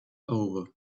over